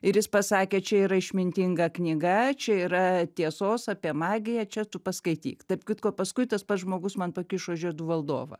ir jis pasakė čia yra išmintinga knyga čia yra tiesos apie magiją čia tu paskaityk tarp kitko paskui tas pats žmogus man pakišo žiedų valdovą